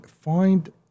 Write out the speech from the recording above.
find